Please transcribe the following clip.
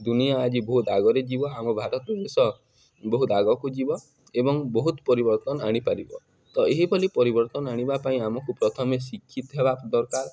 ଦୁନିଆ ଆଜି ବହୁତ ଆଗରେ ଯିବ ଆମ ଭାରତ ଦେଶ ବହୁତ ଆଗକୁ ଯିବ ଏବଂ ବହୁତ ପରିବର୍ତ୍ତନ ଆଣିପାରିବ ତ ଏହିଭଳି ପରିବର୍ତ୍ତନ ଆଣିବା ପାଇଁ ଆମକୁ ପ୍ରଥମେ ଶିକ୍ଷିତ ହେବା ଦରକାର